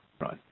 Right